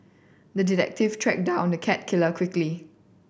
the detective tracked down the cat killer quickly